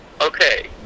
Okay